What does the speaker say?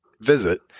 visit